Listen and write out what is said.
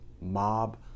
mob